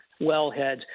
wellheads